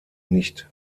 nicht